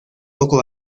poco